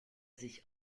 sich